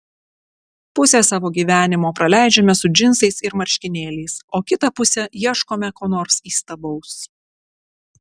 pusę savo gyvenimo praleidžiame su džinsais ir marškinėliais o kitą pusę ieškome ko nors įstabaus